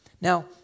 Now